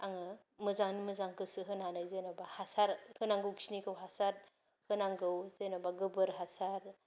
आङो मोजाङैनो मोजां गोसो होनानै जेन'बा हासार होनांगौ खिनिखौ हासार होनांगौ जेन'बा गोबोर हासार